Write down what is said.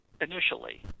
initially